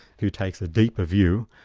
who takes a deeper view.